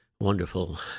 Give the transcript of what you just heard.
Wonderful